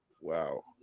Wow